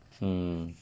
hmm